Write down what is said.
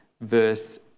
verse